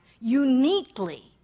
uniquely